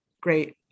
great